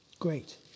Great